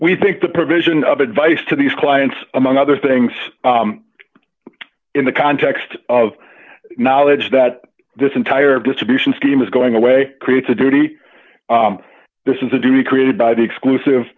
we think the provision of advice to these clients among other things in the context of knowledge that this entire distribution scheme is going away creates a duty this is a duty created by the exclusive